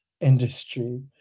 industry